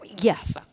Yes